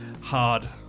hard